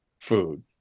food